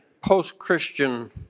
Post-Christian